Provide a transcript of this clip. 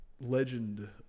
Legend